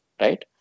right